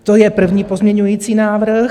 To je první pozměňovací návrh.